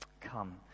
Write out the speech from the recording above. Come